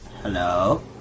Hello